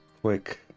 quick